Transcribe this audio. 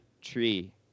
tree